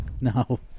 No